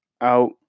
out